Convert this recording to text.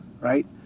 right